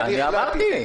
אני אמרתי.